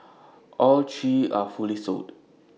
all three are fully sold